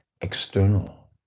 external